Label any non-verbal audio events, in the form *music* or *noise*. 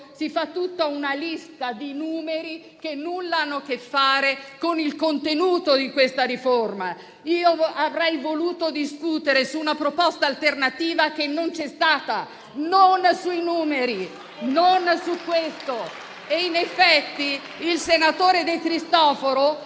si fa tutta una lista di numeri che nulla hanno a che fare con il contenuto di questa riforma? Io avrei voluto discutere su una proposta alternativa che non c'è stata, non sui numeri, non su questo. *applause* In effetti, il senatore De Cristofaro,